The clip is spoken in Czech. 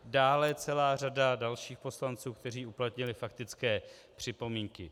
Dále celá řada dalších poslanců, kteří uplatnili faktické připomínky.